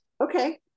okay